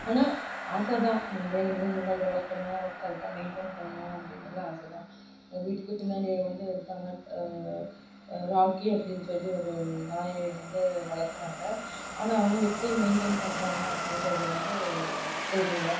ஆனால் ஆசை தான் இந்த மாதிரியான விலங்குகள் வளர்க்கணும் அது கரெக்டாக மெயின்டென் பண்ணனும் அப்படின்னுல்லாம் ஆசை தான் வீட்டுக்கு பின்னாடி வந்து இருக்காங்கன்னு ராக்கி அப்படின் சொல்லி ஒரு நாயை வந்து வளர்க்குறாங்க ஆனால் அவங்க எப்படி மெயின்டென் பண்ணுறாங்க அப்படின்றது வந்து தெரியல